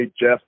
Jeff